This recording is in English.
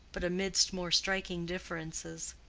but amidst more striking differences.